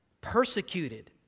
persecuted